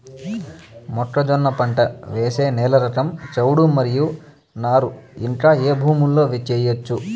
మొక్కజొన్న పంట వేసే నేల రకం చౌడు మరియు నారు ఇంకా ఏ భూముల్లో చేయొచ్చు?